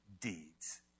deeds